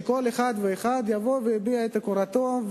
שכל אחד ואחד יבוא ויביע את הוקרתו,